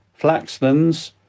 Flaxlands